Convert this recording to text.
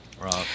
Rob